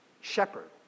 Shepherd